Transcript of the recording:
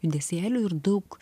judesėlių ir daug